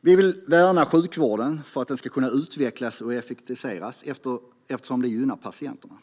Vi vill värna sjukvården för att den ska kunna utvecklas och effektiviseras eftersom det gynnar patienterna.